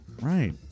Right